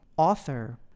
author